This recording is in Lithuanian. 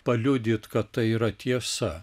paliudyt kad tai yra tiesa